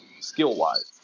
skill-wise